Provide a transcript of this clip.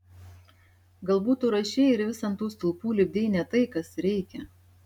galbūt tu rašei ir vis ant tų stulpų lipdei ne tai kas reikia